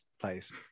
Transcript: place